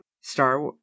star